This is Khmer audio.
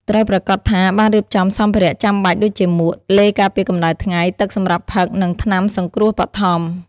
ត្រូវប្រាកដថាបានរៀបចំសម្ភារៈចាំបាច់ដូចជាមួក ឡេការពារកម្តៅថ្ងៃ ទឹកសម្រាប់ផឹក និងថ្នាំសង្គ្រោះបឋម។